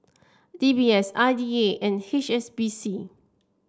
D B S I D A and H S B C